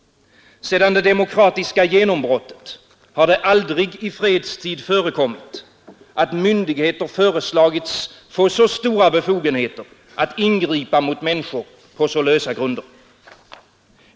Sedan det demokratiska genombrottet har det aldrig i fredstid förekommit att myndigheter föreslagits få så stora befogenheter att ingripa mot människor på så lösa grunder.